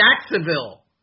Jacksonville